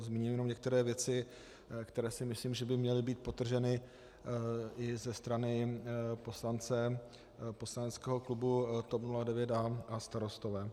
Zmíním jenom některé věci, které si myslím, že by měly být podtrženy i ze strany poslance poslaneckého klubu TOP 09 a Starostové.